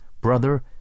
brother